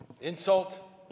insult